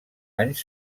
anys